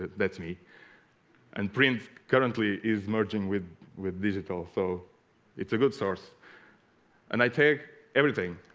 that's me and print currently is merging with with digital so it's a good source and i take everything